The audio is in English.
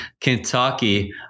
Kentucky